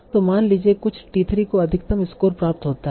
तो मान लीजिए कुछ t 3 को अधिकतम स्कोर प्राप्त होता है